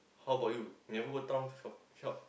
how bout you never go town shop shop